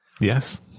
Yes